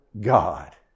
God